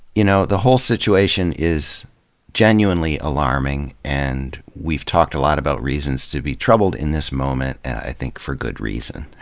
you know the whole situation is genuinely alarming and we've talked a lot about reasons to be troubled in this moment and i think for good reason.